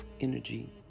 energy